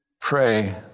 Pray